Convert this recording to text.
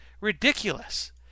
ridiculous